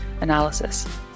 analysis